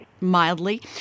mildly